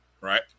right